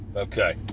Okay